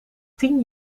tien